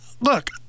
look